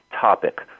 topic